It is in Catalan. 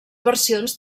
versions